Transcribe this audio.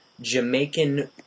Jamaican